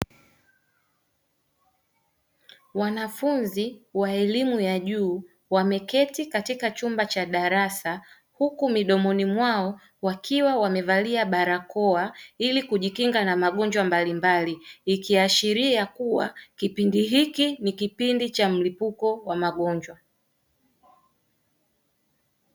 Wanafunzi wa elimu ya juu wameketi katika chumba cha darasa huku midomoni mwao wakiwa wamevalia barakoa ili kujikinga na magonjwa mbalimbali ikiashiria kuwa kipindi hiki ni kipindi cha mlipuko wa magonjwa.